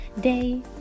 day